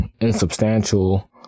insubstantial